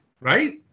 right